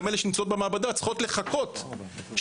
אלא שכבר נמצאות במעבדה צריכות לחכות שיגיעו,